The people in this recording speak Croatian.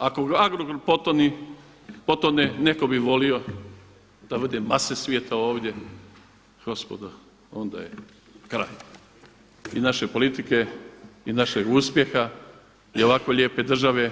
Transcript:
Ako Agrokor potone, neko bi volio da vide mase svijeta ovdje, gospodo, onda je kraj i naše politike i našeg uspjeha i ovako lijepe države